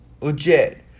Legit